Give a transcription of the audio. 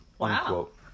unquote